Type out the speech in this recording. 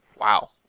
Wow